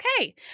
okay